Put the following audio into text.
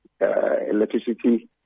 electricity